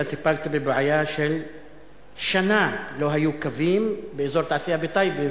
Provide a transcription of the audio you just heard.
אתה טיפלת בבעיה ששנה לא היו קווים באזור התעשייה בטייבה,